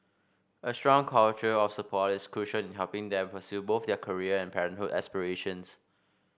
a strong culture of support is crucial in helping them pursue both their career and parenthood aspirations